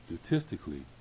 statistically